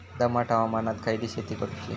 दमट हवामानात खयली शेती करूची?